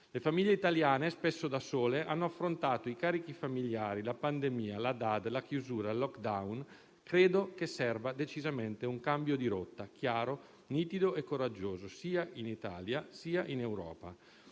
Le famiglie italiane, spesso da sole, hanno affrontato i carichi familiari, la pandemia, la DAD, la chiusura, il *lockdown*. Credo serva decisamente un cambio di rotta chiaro, nitido e coraggioso sia in Italia, sia in Europa.